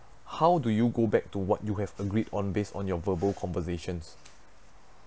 how do you go back to what you have agreed on based on your verbal conversations